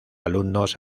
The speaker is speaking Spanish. alumnos